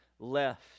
left